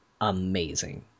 amazing